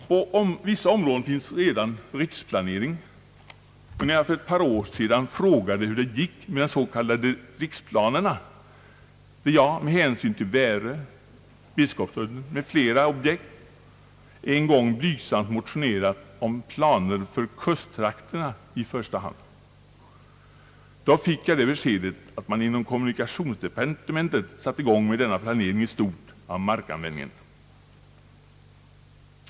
På vissa områden finns redan riksplanering, men när jag för ett par år sedan frågade hur det gick med de s.k. riksplanerna — jag har en gång med hänsyn till Värö, Biskopsudden m.fl. objekt blygsamt motionerat om planer för kusttrakterna i första hand — fick jag det beskedet att man inom kommunikationsdepartementet satt i gång med denna planering i stort av markanvändningen.